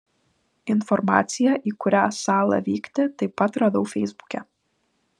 informaciją į kurią salą vykti taip pat radau feisbuke